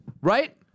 Right